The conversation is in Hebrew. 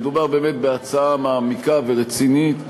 מדובר באמת בהצעה מעמיקה ורצינית שבאה,